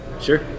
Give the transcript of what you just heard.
Sure